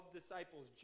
disciples